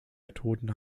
methoden